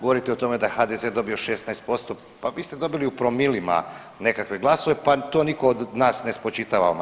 Govorite o tome da je HDZ dobio 16%, pa vi ste dobili u promilima nekakve glasove pa to nitko od nas ne spočitava.